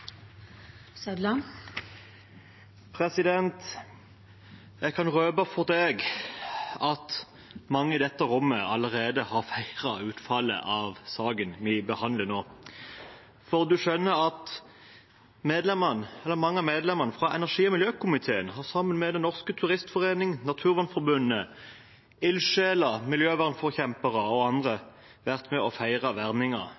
President, jeg kan røpe for deg at mange i dette rommet allerede har feiret utfallet av saken vi behandler nå. For du skjønner at mange av medlemmene i energi- og miljøkomiteen har sammen med Den Norske Turistforening, Naturvernforbundet, ildsjeler, miljøvernforkjempere og